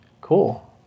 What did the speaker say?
Cool